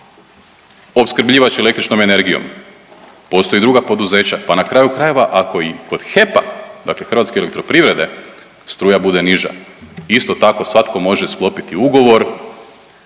opskrbljivač električnom energijom, postoje i druga poduzeća. Pa na kraju krajeva ako i kod HEP-a, dakle Hrvatske elektroprivrede struja bude niža isto tako svatko može sklopiti ugovor